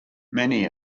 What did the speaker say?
many